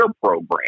program